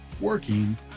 working